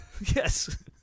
yes